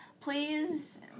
Please